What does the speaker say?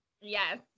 Yes